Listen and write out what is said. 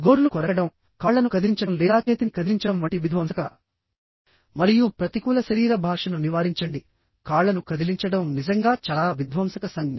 గోర్లు కొరకడం కాళ్ళను కదిలించడం లేదా చేతిని కదిలించడం వంటి విధ్వంసక మరియు ప్రతికూల శరీర భాషను నివారించండి కాళ్ళను కదిలించడం నిజంగా చాలా విధ్వంసక సంజ్ఞ